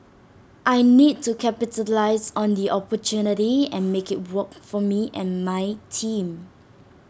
I need to capitalise on the opportunity and make IT work for me and my team